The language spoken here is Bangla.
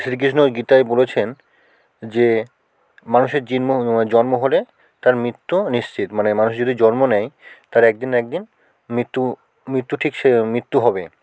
শ্রীকৃষ্ণ গীতায় বলেছেন যে মানুষের জন্ম জন্ম হলে তার মৃত্যু নিশ্চিত মানে মানুষ যদি জন্ম নেয় তার একদিন না একদিন মৃত্যু মৃত্যু ঠিক সে মৃত্যু হবে